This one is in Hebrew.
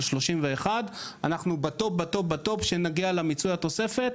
של 31,000. אנחנו בטופ בטופ בטופ כשנגיע למיצוי התוספת,